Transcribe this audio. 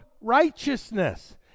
righteousness